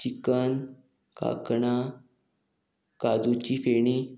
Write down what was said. chicken कांकणां काजूची फेणी